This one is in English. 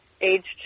aged